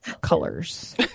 colors